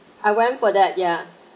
I went for that ya